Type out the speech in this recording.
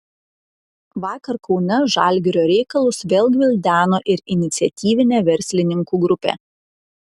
vakar kaune žalgirio reikalus vėl gvildeno ir iniciatyvinė verslininkų grupė